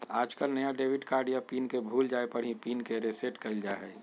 आजकल नया debit card या पिन के भूल जाये पर ही पिन के रेसेट कइल जाहई